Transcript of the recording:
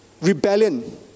rebellion